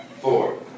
Four